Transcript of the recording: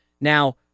Now